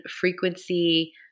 frequency